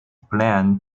plan